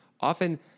often